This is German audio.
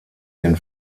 den